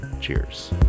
Cheers